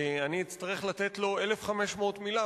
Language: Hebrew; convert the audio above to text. אני אצטרך לתת לו 1,500 מלה,